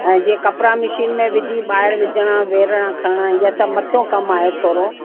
ऐं जीअं कपिड़ा मिशीन में विझी ॿाहिरि विझणा वेरणा खणिणा इहे सभ मथो कमु आहे थोरो